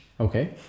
Okay